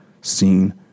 seen